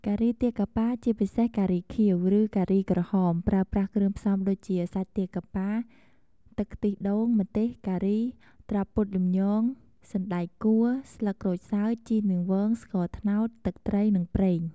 ការីទាកាប៉ា ជាពិសេសការីខៀវ ឬការីក្រហម ប្រើប្រាស់គ្រឿងផ្សំដូចជា សាច់ទាកាប៉ា ទឹកខ្ទិះដូង ម្ទេស ការី ត្រប់ពុតលំញង សណ្តែកកួរ ស្លឹកក្រូចសើច ជីរនាងវង ស្ករត្នោត ទឹកត្រី និងប្រេង។